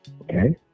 Okay